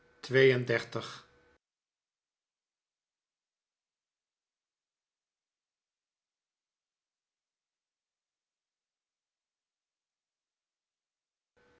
twee en dertig